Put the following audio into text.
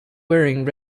wearing